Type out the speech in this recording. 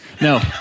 No